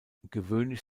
gewöhnlich